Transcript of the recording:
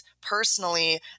personally